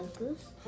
goose